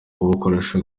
kubukoresha